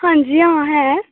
आं जी आं ऐ